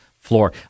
floor